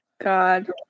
god